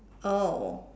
oh